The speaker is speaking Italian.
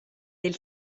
del